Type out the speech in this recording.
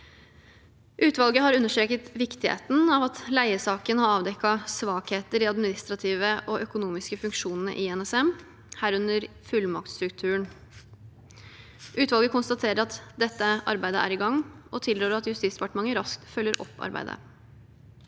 om NSM-rapporten 2743 heten av at leiesaken har avdekket svakheter i de administrative og økonomiske funksjonene i NSM, herunder fullmaktsstrukturen. Utvalget konstaterer at dette arbeidet er i gang, og tilrår at Justisdepartementet raskt følger opp arbeidet.